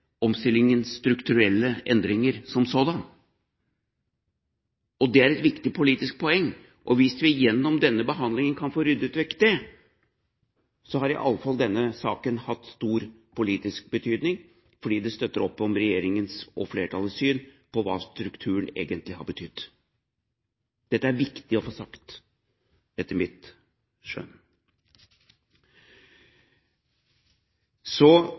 omstillingens strukturelle endringer som sådan. Det er et viktig politisk poeng. Hvis vi gjennom denne behandlingen kan få ryddet vekk det, har i alle fall denne saken hatt stor politisk betydning, for det støtter opp om regjeringens og flertallets syn på hva strukturen egentlig har betydd. Dette er det viktig å få sagt, etter mitt